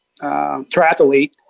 triathlete